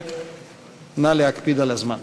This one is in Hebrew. נא להקפיד על הזמן.